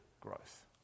growth